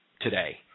today